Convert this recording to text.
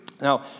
Now